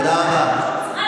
תקרא אותי לסדר